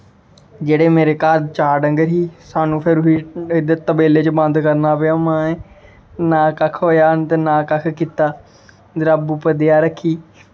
जेह्ड़े मेरे घर चार डंगर ही सानूं फिर बी इद्धर तबेले च बंद करन पेआ ना कक्ख होया ते ना कक्ख कीता रब उप्पर देआ रक्खी